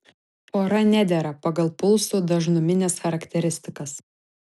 pora nedera pagal pulsų dažnumines charakteristikas